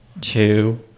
two